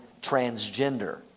transgender